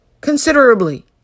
considerably